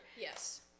Yes